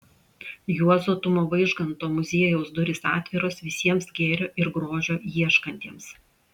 juozo tumo vaižganto muziejaus durys atviros visiems gėrio ir grožio ieškantiems